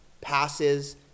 passes